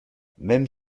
même